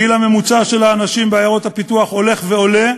הגיל הממוצע של האנשים בעיירות הפיתוח הולך ועולה.